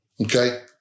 Okay